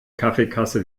kaffeekasse